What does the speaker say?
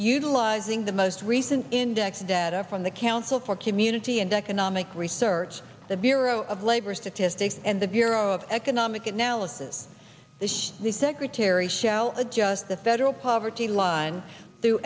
utilizing the most recent index data from the council for community and economic research the bureau of labor statistics and the bureau of economic analysis the secretary shall adjust the federal poverty line